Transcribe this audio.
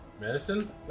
Medicine